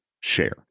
share